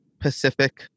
Pacific